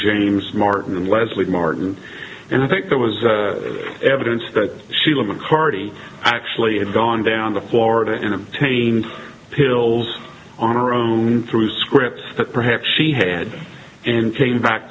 james martin and leslie martin and i think there was evidence that sheila mccarthy actually had gone down to florida and obtained pills on her own through scripts that perhaps she had and came back